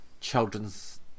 children's